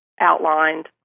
outlined